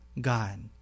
God